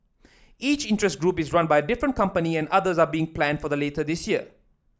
each interest group is run by a different company and others are being planned for the later this year